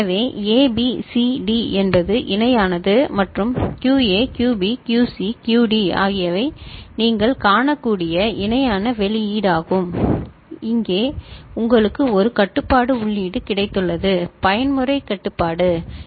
எனவே A B C D என்பது இணையானது மற்றும் QA QB QC QD ஆகியவை நீங்கள் காணக்கூடிய இணையான வெளியீடாகும் இங்கே உங்களுக்கு ஒரு கட்டுப்பாட்டு உள்ளீடு கிடைத்துள்ளது பயன்முறை கட்டுப்பாடு சரி